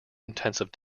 intensive